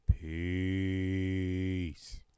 Peace